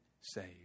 saved